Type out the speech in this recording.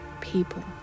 people